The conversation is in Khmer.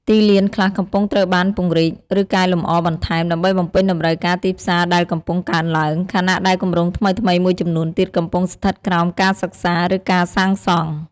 ទីលានខ្លះកំពុងត្រូវបានពង្រីក ឬកែលម្អបន្ថែម ដើម្បីបំពេញតម្រូវការទីផ្សារដែលកំពុងកើនឡើង ខណៈដែលគម្រោងថ្មីៗមួយចំនួនទៀតកំពុងស្ថិតក្រោមការសិក្សា ឬការសាងសង់។